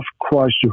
Christ